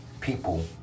people